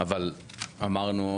אבל אמרנו.